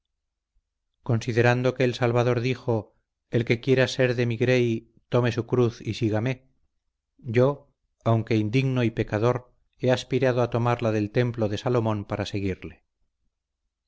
considerando que el salvador dijo el que quiera ser de mi grey tome su cruz y sígame yo aunque indigno y pecador he aspirado a tomar la del templo de salomón para seguirle